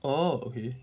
oh okay